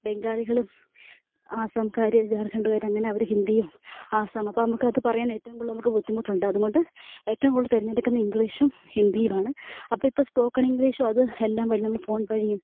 ബംഗാളികളും ആസ്സാംക്കാർ ജാർഘണ്ഡുകാർ അങ്ങനെ അവർ ഹിന്ദിയും ആസ്സാം അപ്പോൾ നമുക്കത് പറയാൻ ഏറ്റവും കൂടുതൽ നമുക്ക് ബുദ്ധിമുട്ടുണ്ട് അതുകൊണ്ട് ഏറ്റവും കൂടുതൽ തിരഞ്ഞെടുക്കുന്ന ഇംഗ്ലീഷും ഹിന്ദിയുമാണ് അപ്പോൾ ഇപ്പോൾ സ്പോക്കൺ ഇംഗ്ലീഷും അത് എല്ലാം വഴി നമ്മൾ ഫോൺ വഴിയും